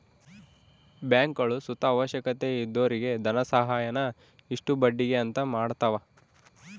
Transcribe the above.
ಬ್ಯಾಂಕ್ಗುಳು ಸುತ ಅವಶ್ಯಕತೆ ಇದ್ದೊರಿಗೆ ಧನಸಹಾಯಾನ ಇಷ್ಟು ಬಡ್ಡಿಗೆ ಅಂತ ಮಾಡತವ